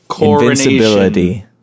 invincibility